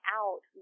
out